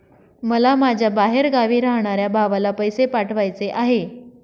मला माझ्या बाहेरगावी राहणाऱ्या भावाला पैसे पाठवायचे आहे